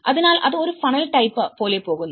അതിനാൽ അത് ഒരു ഫണൽ ടൈപ്പ് പോലെ പോകുന്നു